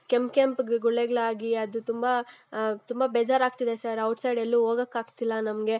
ಕೆಂಪು ಕೆಂಪ್ಗೆ ಗುಳ್ಳೆಗಳಾಗಿ ಅದು ತುಂಬ ತುಂಬ ಬೇಜಾರಾಗ್ತಿದೆ ಸರ್ ಔಟ್ಸೈಡ್ ಎಲ್ಲೂ ಹೋಗಕ್ ಆಗ್ತಿಲ್ಲ ನಮಗೆ